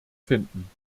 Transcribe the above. finden